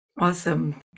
awesome